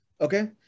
Okay